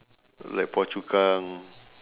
like phua chu kang